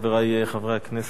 חברי חברי הכנסת,